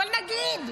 אבל נגיד,